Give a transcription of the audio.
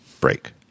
break